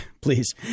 please